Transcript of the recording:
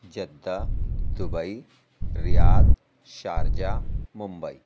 Jeddah Dubai Riyadh Sharjah Mumbai